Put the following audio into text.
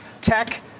tech